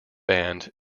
banned